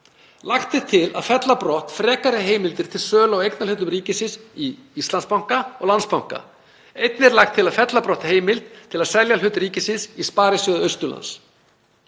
Lagt er til að fella brott frekari heimildir til sölu á eignarhlutum ríkisins í Íslandsbanka og Landsbanka. Einnig er lagt til að fella brott heimild til að selja hlut ríkisins í sparisjóði Austurlands.